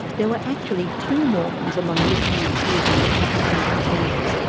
there were actually two mormons among this year's group of republican contenders.